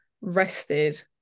rested